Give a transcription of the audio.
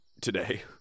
today